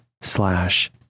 slash